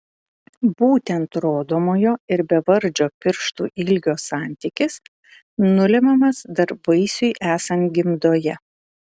būtent rodomojo ir bevardžio pirštų ilgio santykis nulemiamas dar vaisiui esant gimdoje